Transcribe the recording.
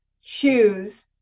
choose